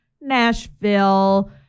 nashville